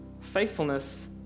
faithfulness